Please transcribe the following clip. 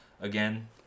again